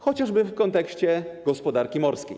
Chociażby w kontekście gospodarki morskiej.